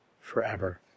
forever